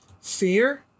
fear